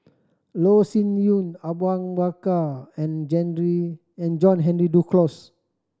Loh Sin Yun Awang Bakar and and John Henry Duclos